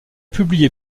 publié